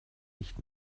nicht